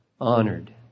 honored